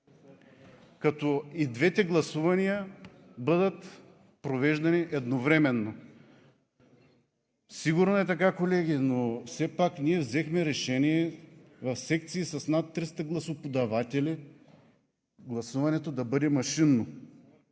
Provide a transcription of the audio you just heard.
като и двете гласувания бъдат провеждани едновременно. Сигурно е така, колеги, но все пак ние взехме решение в секции с над 300 гласоподаватели гласуването да бъде машинно.